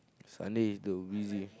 Sunday is the busy